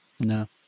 No